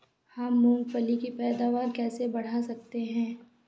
हम मूंगफली की पैदावार कैसे बढ़ा सकते हैं?